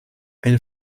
eine